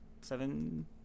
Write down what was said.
seven